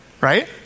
Right